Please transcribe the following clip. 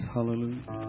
Hallelujah